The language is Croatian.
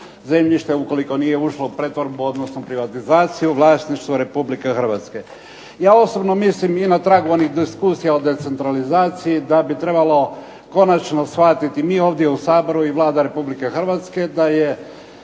zemljište ukoliko nije ušlo u pretvorbu, odnosno privatizaciju, vlasništvo RH. Ja osobno mislim i na tragu onih diskusija o decentralizaciji da bi trebalo konačno shvatiti, mi ovdje u Saboru i Vlada Republike Hrvatske da je